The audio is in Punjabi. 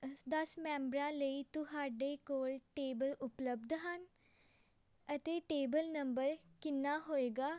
ਅ ਦਸ ਮੈਂਬਰਾਂ ਲਈ ਤੁਹਾਡੇ ਕੋਲ ਟੇਬਲ ਉਪਲੱਬਧ ਹਨ ਅਤੇ ਟੇਬਲ ਨੰਬਰ ਕਿੰਨਾ ਹੋਵੇਗਾ